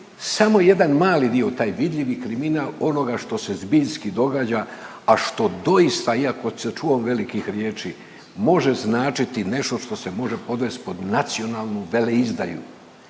samo jedan mali dio taj vidljivi kriminal onoga što se zbiljski događa, a što doista iako se čuvam velikih riječi može značiti nešto što se može podvesti pod nacionalnu veleizdaju.